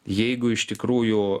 jeigu iš tikrųjų